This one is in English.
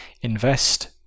Invest